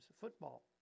football